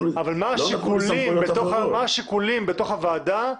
אבל מה השיקולים בתוך הוועדה,